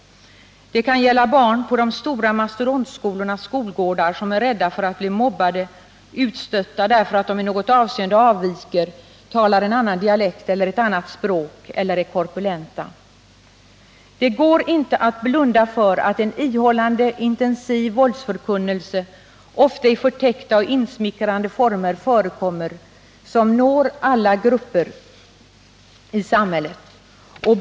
Det kan gälla barn på de stora mastodontskolornas skolgårdar, som är rädda för att bli mobbade och utstötta, därför att de i något avseende avviker, talar en annan dialekt eller ett annat språk eller är korpulenta. Det går inte att blunda för att en ihållande intensiv våldsförkunnelse, ofta i förtäckta och insmickrande former, förekommer som når alla grupper i samhället.